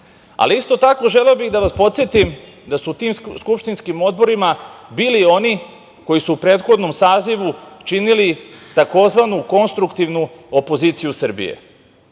Srbije. Isto tako želeo bih da vas podsetim da su u tim skupštinskim odborima bili oni koji su u prethodnom sazivu činili tzv. konstruktivnu opoziciju Srbije,